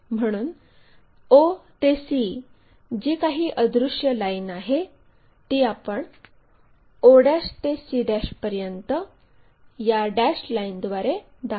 म्हणून o ते c जी काही अदृश्य लाईन आहे ती आपण o ते c पर्यंत या डॅश लाईन द्वारे दाखवतो